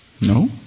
No